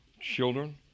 children